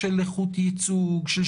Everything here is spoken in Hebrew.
מישהו מודה בכתב אישום הוא צריך להיות